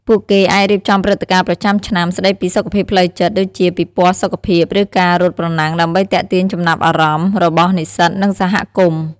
ពួកគេអាចរៀបចំព្រឹត្តិការណ៍ប្រចាំឆ្នាំស្តីពីសុខភាពផ្លូវចិត្តដូចជាពិព័រណ៍សុខភាពឬការរត់ប្រណាំងដើម្បីទាក់ទាញចំណាប់អារម្មណ៍របស់និស្សិតនិងសហគមន៍។